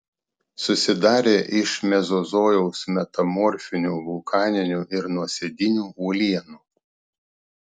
susidarę iš mezozojaus metamorfinių vulkaninių ir nuosėdinių uolienų